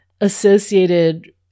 associated